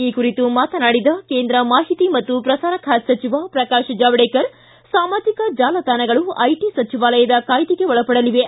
ಈ ಕುರಿತು ಮಾತನಾಡಿದ ಕೇಂದ್ರ ಮಾಹಿತಿ ಮತ್ತು ಪ್ರಸಾರ ಖಾತೆ ಸಚಿವ ಪ್ರಕಾಶ ಜಾವಡೇಕರ್ ಸಾಮಾಜಿಕ ಜಾಲತಾಣಗಳು ಐಟಿ ಸಚಿವಾಲಯದ ಕಾಯ್ದೆಗೆ ಒಳಪಡಲಿವೆ